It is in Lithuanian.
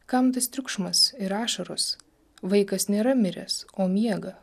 kam tas triukšmas ir ašaros vaikas nėra miręs o miega